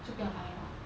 就不要买了